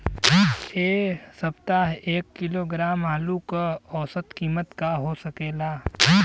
एह सप्ताह एक किलोग्राम आलू क औसत कीमत का हो सकेला?